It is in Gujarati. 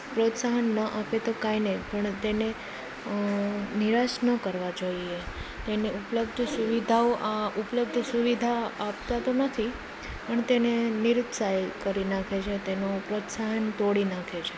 પ્રોત્સાહન ન આપે તો કાંઈ નહીં પણ તેને નિરાશ ન કરવા જોઈએ તેને ઉપલબ્ધ સુવિધાઓ ઉપલબ્ધ સુવિધા આપતા તો નથી પણ તેને નિરુત્સાહ કરી નાંખે છે તેનું પ્રોત્સાહન તોડી નાખે છે